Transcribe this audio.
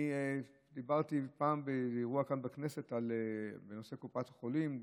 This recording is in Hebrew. אני דיברתי פעם באירוע כאן בכנסת בנושא קופת חולים,